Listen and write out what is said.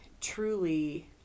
truly